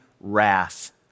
wrath